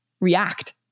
react